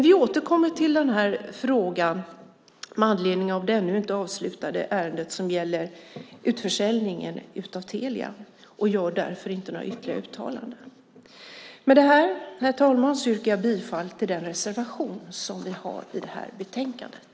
Vi återkommer till frågan med anledning av det ännu inte avslutade ärendet som gäller utförsäljningen av Telia, och vi gör därför inte ytterligare uttalanden. Med det här, herr talman, yrkar jag bifall till den reservation som vi har i betänkandet.